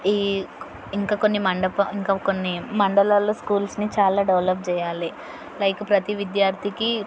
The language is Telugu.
ఈ ఇంకా కొన్ని మండప ఇంకా కొన్ని మండలాల్లో స్కూల్స్ని చాలా డెవలప్ చేయాలి లైక్ ప్రతి విద్యార్థికి